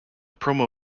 promo